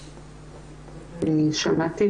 שמעתי.